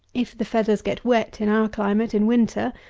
if the feathers get wet, in our climate, in winter,